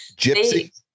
Gypsy